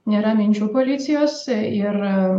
nėra minčių policijos ir